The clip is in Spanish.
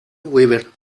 weaver